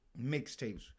mixtapes